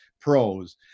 pros